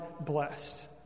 blessed